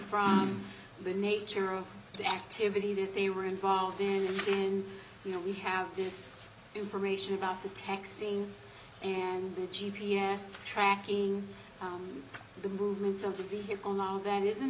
from the nature of the activity that they were involved in and you know we have this information about the texting and the g p s tracking the movements of the vehicle now that isn't